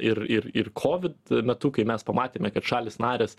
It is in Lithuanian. ir ir ir covid metu kai mes pamatėme kad šalys narės